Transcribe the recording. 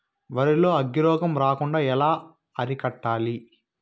వరి లో అగ్గి రోగం రాకుండా ఎలా అరికట్టాలి?